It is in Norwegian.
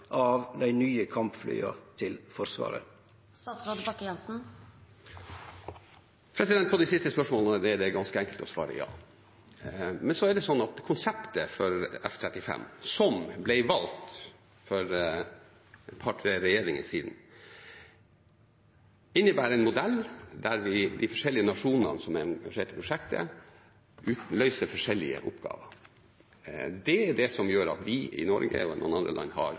av dei nye kampflya til Forsvaret? På de siste spørsmålene er det ganske enkelt å svare ja. Men så er det slik at konseptet for F-35, som ble valgt for et par–tre regjeringer siden, innebærer en modell der de forskjellige nasjonene som er med i prosjektet, løser forskjellige oppgaver. Det er det som gjør at vi i Norge – og noen andre land – har